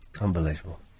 Unbelievable